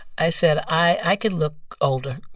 i said, i can look older,